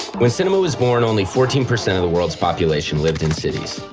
when cinema was born only fourteen percent of the world's population lived in cities.